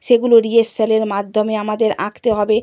সেগুলো রিহার্সালের মাধ্যমে আমাদের আঁকতে হবে